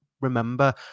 remember